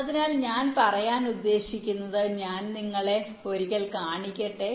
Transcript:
അതിനാൽ ഞാൻ പറയാൻ ഉദ്ദേശിക്കുന്നത് ഞാൻ നിങ്ങളെ ഒരിക്കൽ കാണിക്കട്ടെ എന്നാണ്